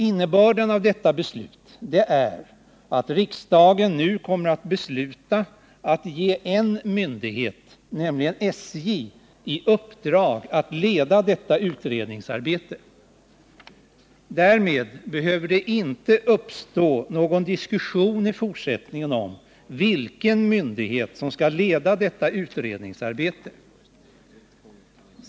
Beslutet innebär vidare att riksdagen nu ger en myndighet, nämligen SJ, i uppdrag att leda detta utredningsarbete. Därmed behöver det i fortsättningen inte uppstå någon diskussion om vilken myndighet som skall leda utredningsarbetet.